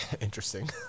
interesting